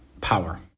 power